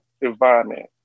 environment